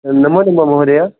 नमो नमः महोदय